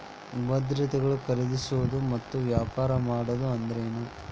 ಭದ್ರತೆಗಳನ್ನ ಖರೇದಿಸೋದು ಮತ್ತ ವ್ಯಾಪಾರ ಮಾಡೋದ್ ಅಂದ್ರೆನ